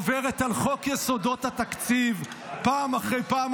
עוברת על חוק יסודות התקציב פעם אחרי פעם,